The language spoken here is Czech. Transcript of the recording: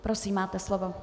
Prosím, máte slovo.